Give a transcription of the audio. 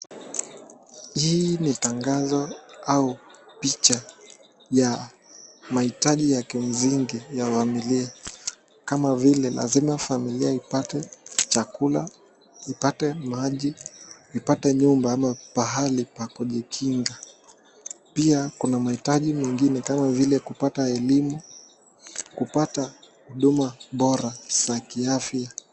Hii ni tangazo ama picha ya mahitaji ya kimsingi ya familia kama vile lazima familia ipate chakula ipate maji ipate nyumba ama pahali pa kujikinga. Pia kuna mahitaji mengine kama vile kupata elimu kupata huduma bora za kiafya.